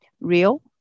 real